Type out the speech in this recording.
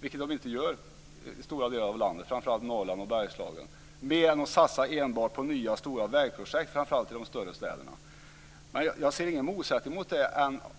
vilket de inte gör i stora delar av landet, framför allt i Norrland och Bergslagen, än att satsa enbart på nya stora vägprojekt, framför allt i de större städerna. Men jag ser ingen motsättning däremellan.